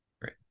Great